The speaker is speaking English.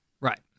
Right